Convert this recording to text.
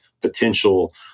potential